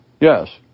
Yes